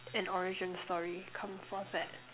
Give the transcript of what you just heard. an origin story come for that